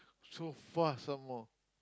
so far some more